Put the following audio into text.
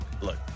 Look